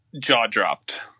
jaw-dropped